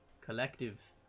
Collective